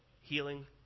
healing